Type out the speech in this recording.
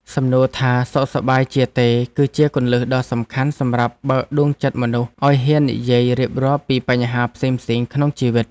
សំណួរថាសុខសប្បាយជាទេគឺជាគន្លឹះដ៏សំខាន់សម្រាប់បើកដួងចិត្តមនុស្សឱ្យហ៊ាននិយាយរៀបរាប់ពីបញ្ហាផ្សេងៗក្នុងជីវិត។